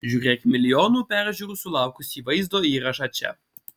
žiūrėk milijonų peržiūrų sulaukusį vaizdo įrašą čia